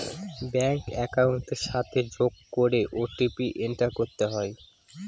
bank একাউন্টের সাথে যোগ করে ও.টি.পি এন্টার করতে হয়